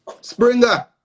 Springer